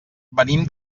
venim